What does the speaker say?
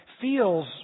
feels